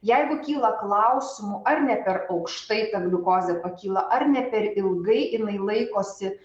jeigu kyla klausimų ar ne per aukštai ta gliukozė pakyla ar ne per ilgai jinai laikosi